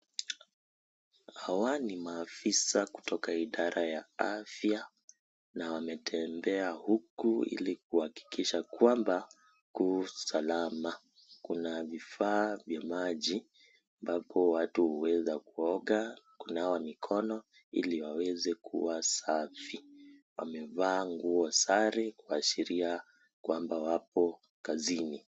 Hawa ni maafisa kutoka idara ya afya na wametembea huku ili kuhakikisha kwamba ku salama. Kuna vifaa vya maji ambapo watu huweza kuoga, kunawa mikono ili waweze kuwa safi. Wamevaa nguo sare kuashiria kwamba wapo kazini.